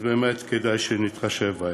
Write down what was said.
כדאי שנתחשב בכך.